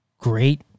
great